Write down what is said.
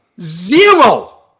Zero